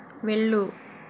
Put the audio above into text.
వెళ్ళు